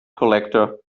collector